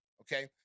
Okay